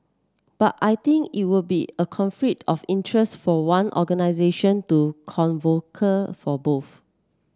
but I think it would be a conflict of interest for one organisation to for both